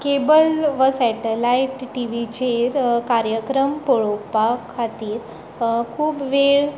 cable वो satellite टिवीचेर कार्यक्रम पळोवपा खातीर खूब वेळ